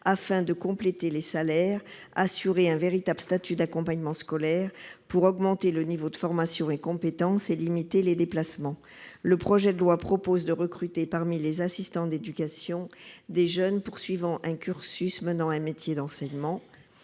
afin de compléter les salaires, d'assurer un véritable statut d'accompagnement scolaire, pour augmenter le niveau de formation et de compétences et limiter les déplacements. Le projet de loi prévoit de recruter, parmi les assistants d'éducation, des jeunes qui poursuivent un cursus menant à un métier d'enseignant.